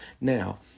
Now